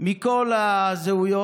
מכל הזהויות,